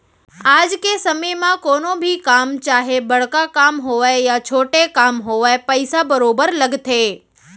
आज के समे म कोनो भी काम चाहे बड़का काम होवय या छोटे काम होवय पइसा बरोबर लगथे